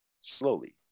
Slowly